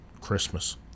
Christmas